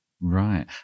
Right